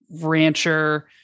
rancher